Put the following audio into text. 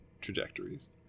trajectories